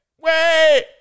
Wait